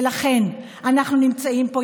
ולכן אנחנו נמצאים פה.